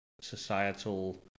societal